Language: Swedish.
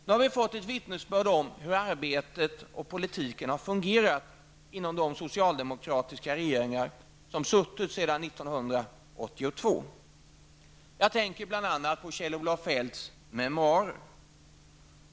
Nu har vi fått ett vittnesbörd om hur arbetet och politiken har fungerat inom de socialdemokratiska regeringar som suttit sedan 1982. Jag tänker bl.a. på Kjell-Olof Feldts memoarer.